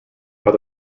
are